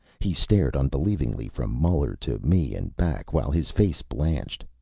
he stared unbelievingly from muller to me and back, while his face blanched.